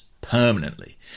permanently